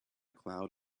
cloud